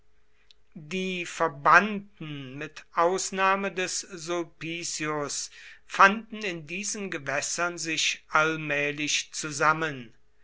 die verbannten mit ausnahme des sulpicius fanden in diesen gewässern sich allmählich zusammen